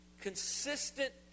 consistent